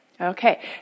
okay